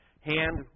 Hand